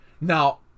Now